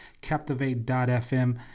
Captivate.fm